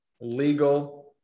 legal